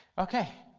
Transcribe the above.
okay.